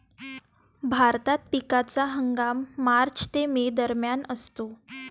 भारतात पिकाचा हंगाम मार्च ते मे दरम्यान असतो